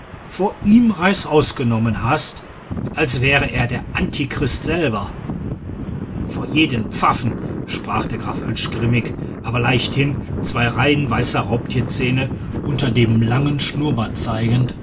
vor ihm reißaus genommen hast als wäre er der antichrist selber vor jedem pfaffen sprach der graf oetsch grimmig aber leichthin zwei reihen weißer raubtierzähne unter dem langen schnurrbart zeigend